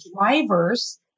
drivers